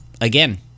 again